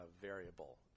variable